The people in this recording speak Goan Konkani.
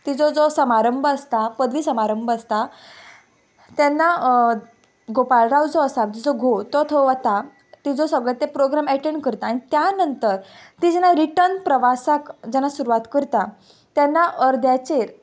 तिजो जो समारंभ आसता पदवी समारंभ आसता तेन्ना गोपाळराव जो आसा तिजो घो तो थंय वता तिजो सगळो ते प्रोग्राम एटॅण करता आनी त्या नंतर ती जेन्ना रिटन प्रवासाक जेन्ना सुरवात करता तेन्ना अर्द्याचेर